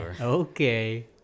Okay